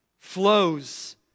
flows